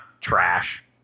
trash